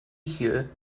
her